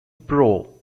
pro